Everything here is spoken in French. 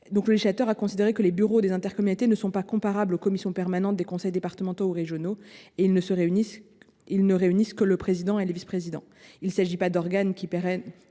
Le législateur a considéré que les bureaux des EPCI ne sont pas comparables aux commissions permanentes des conseils départementaux et régionaux, car ils ne réunissent que le président et les vice présidents. Il ne s’agit pas d’organes qui prennent